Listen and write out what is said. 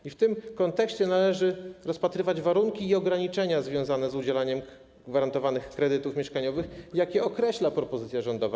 I w tym kontekście należy rozpatrywać warunki i ograniczenia związane z udzielaniem gwarantowanych kredytów mieszkaniowych, jakie określa propozycja rządowa.